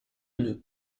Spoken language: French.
nœud